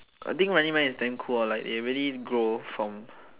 I think running man is damn cool lor like they really grow from